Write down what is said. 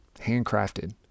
handcrafted